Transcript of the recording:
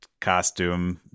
costume